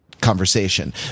conversation